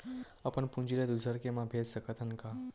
अपन पूंजी ला दुसर के मा भेज सकत हन का?